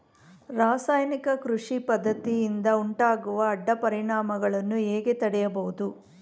ರಾಸಾಯನಿಕ ಕೃಷಿ ಪದ್ದತಿಯಿಂದ ಉಂಟಾಗುವ ಅಡ್ಡ ಪರಿಣಾಮಗಳನ್ನು ಹೇಗೆ ತಡೆಯಬಹುದು?